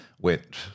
went